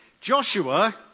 Joshua